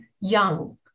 young